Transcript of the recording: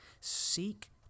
Seek